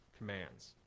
commands